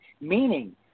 meaning